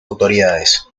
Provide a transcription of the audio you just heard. autoridades